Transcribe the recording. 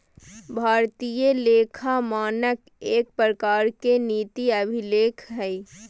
भारतीय लेखा मानक एक प्रकार के नीति अभिलेख हय